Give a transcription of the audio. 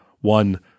One